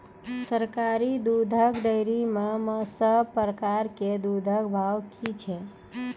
सरकारी दुग्धक डेयरी मे सब प्रकारक दूधक भाव की छै?